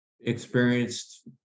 experienced